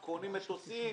קונים מטוסים,